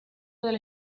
del